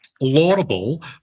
laudable